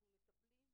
אנחנו שמחים,